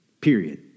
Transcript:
Period